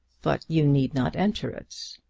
but you need not enter it.